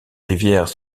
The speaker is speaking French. rivières